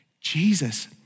Jesus